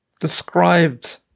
described